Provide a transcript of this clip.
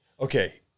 Okay